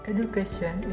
Education